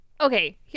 okay